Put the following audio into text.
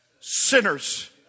sinners